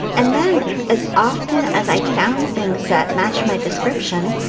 and then as often as i found things that matched my description,